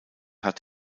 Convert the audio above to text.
hat